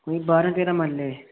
बारां तेरां मरले